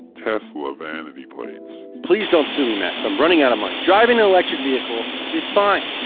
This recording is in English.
tesla vanity plates. please don't sue me, max. i'm running out of money. driving an electric vehicle is fine.